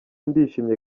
ndishimye